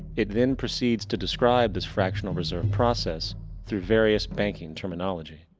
it then precedes to describe this fractional reserve process through various banking terminology.